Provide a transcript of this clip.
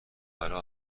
برا